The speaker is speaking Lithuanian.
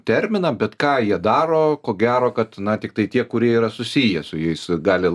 terminą bet ką jie daro ko gero kad na tiktai tie kurie yra susiję su jais gali